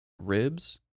ribs